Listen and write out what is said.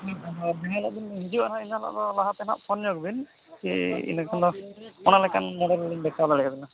ᱦᱤᱡᱩᱜ ᱦᱤᱞᱳᱜ ᱮᱱ ᱦᱤᱞᱳᱜ ᱫᱚ ᱞᱟᱦᱟᱛᱮ ᱯᱷᱚᱱ ᱧᱚᱜ ᱵᱤᱱ ᱤᱱᱟᱹ ᱠᱷᱟᱱ ᱫᱚ ᱚᱱᱟ ᱞᱮᱠᱟᱱ ᱢᱚᱰᱮᱞ ᱞᱤᱧ ᱫᱮᱠᱷᱟᱣ ᱫᱟᱲᱮ ᱵᱤᱱᱟ